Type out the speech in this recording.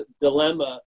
dilemma